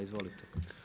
Izvolite.